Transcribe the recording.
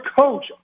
coach